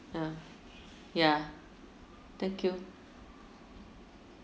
ya ya thank you